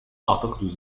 أعتقد